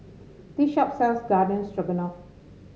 this shop sells Garden Stroganoff